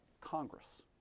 Congress